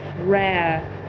rare